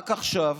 רק עכשיו?